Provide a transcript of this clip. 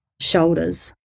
shoulders